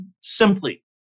simply